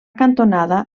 cantonada